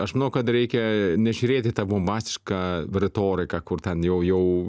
aš manau kad reikia nežiūrėti į tą bombastišką retoriką kur ten jau jau